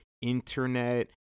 internet